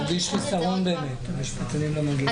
אני מרגיש חיסרון באמת בגלל שהמשפטנים לא הגיעו.